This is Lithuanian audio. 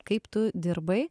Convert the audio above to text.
kaip tu dirbai